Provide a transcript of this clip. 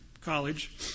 college